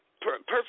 perfect